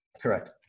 Correct